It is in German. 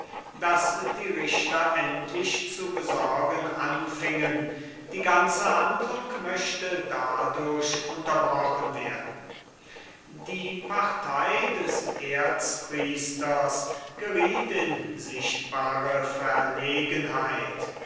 daß die richter endlich zu besorgen anfingen die ganze handlung möchte dadurch unterbrochen werden die partei des erzpriesters geriet in verlegenheit